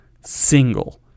single